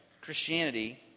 Christianity